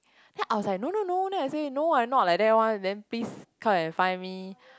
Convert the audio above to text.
then I was like no no no then I say no I'm not like that one then please come and find me